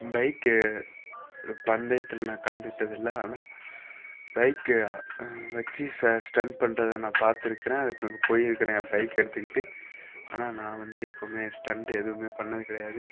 bike பந்தயத்தில் நான் கலந்துக்கிட்டதில்லை ஆனால் பைக்கு வெச்சி ச ஸ்டண்ட் பண்ணுறத நான் பார்த்துருக்குறேன் அதுக்கு போய்ருக்குறேன் என் பைக் எடுத்துக்கிட்டு ஆனால் நான் வந்து எப்போவுமே ஸ்டண்ட் எதுவுமே பண்ணது கிடையாது